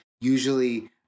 usually